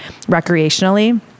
recreationally